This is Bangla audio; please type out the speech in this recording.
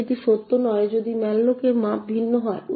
তবে এটি সত্য নয় যদি malloc এর মাপ ভিন্ন হয়